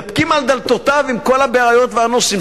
מידפקים על דלתותיו, עם כל הבעיות והנושאים.